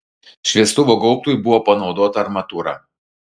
šviestuvo gaubtui buvo panaudota armatūra